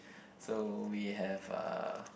so we have uh